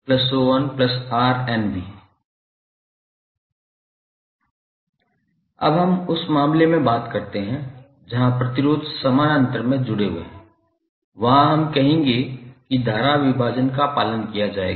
तो 𝑣𝑛𝑅𝑛𝑅1𝑅2⋯𝑅𝑛𝑣 अब हम उस मामले के बारे में बात करते हैं जहां प्रतिरोध समानांतर में जुड़े हुए हैं वहां हम कहेंगे कि धारा विभाजन का पालन किया जाएगा